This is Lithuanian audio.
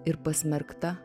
ir pasmerkta